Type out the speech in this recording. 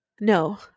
No